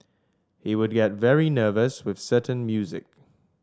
he would get very nervous with certain music